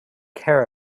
care